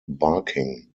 barking